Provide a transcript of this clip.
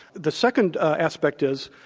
the second aspect is,